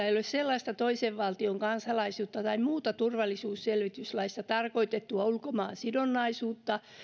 ei ole sellaista toisen valtion kansalaisuutta tai muuta turvallisuusselvityslaissa tarkoitettua ulkomaansidonnaisuutta